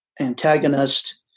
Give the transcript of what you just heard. antagonist